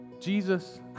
Jesus